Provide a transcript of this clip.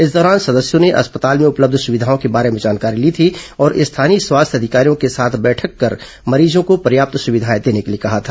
इस दौरान सदस्यों ने अस्पताल में उपलब्ध सुविधाओं के बारे में जानकारी ली थी और स्थानीय स्वास्थ्य अधिकारियों के साथ बैठक कर मरीजों को पर्याप्त सुविधाएं देने के लिए कहा था